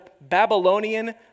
Babylonian